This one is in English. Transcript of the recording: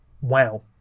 Wow